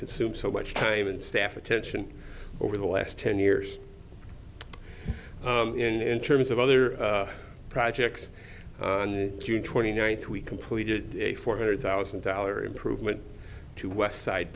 consumes so much time and staff attention over the last ten years in terms of other projects on june twenty ninth we completed a four hundred thousand dollar improvement to westside